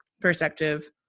perspective